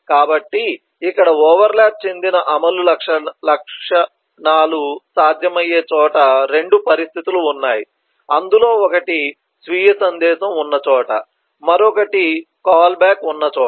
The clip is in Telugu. కాబట్టి ఇక్కడ ఓవర్ ల్యాప్ చెందిన అమలు లక్షణాలు సాధ్యమయ్యే చోట 2 పరిస్థితులు ఉన్నాయి ఒకటి స్వీయ సందేశం ఉన్న చోట మరి ఒకటి కాల్ బ్యాక్ ఉన్న చోట